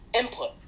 input